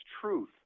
truth